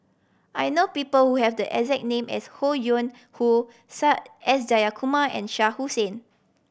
I know people who have the exact name as Ho Yuen Hoe S Jayakumar and Shah Hussain